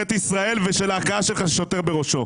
ישראל ושל ההכאה שלך של שוטר בראשו,